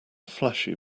flashy